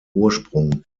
ursprung